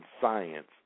science